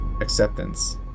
acceptance